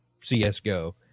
CSGO